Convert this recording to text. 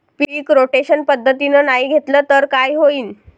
पीक rotation पद्धतीनं नाही घेतलं तर काय होईन?